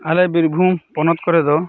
ᱟᱞᱮ ᱵᱤᱨᱵᱷᱩᱢ ᱯᱚᱱᱚᱛ ᱠᱚᱨᱮ ᱫᱚ